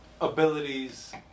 abilities